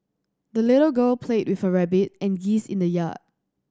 the little girl played with her rabbit and geese in the yard